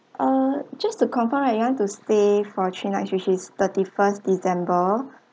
ah just to confirm right you want to stay for three nights which is thirty first december